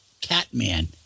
Catman